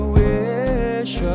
wish